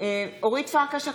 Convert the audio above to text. אורית פרקש הכהן,